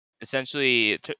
Essentially